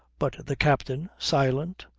but the captain, silent,